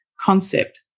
concept